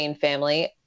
family